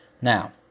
Now